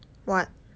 what